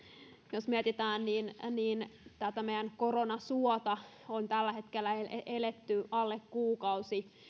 jos mietitään niin niin tätä meidän koronasuota on tällä hetkellä eletty alle kuukausi